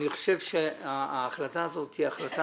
אני חושב שההחלטה הזאת היא החלטה